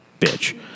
bitch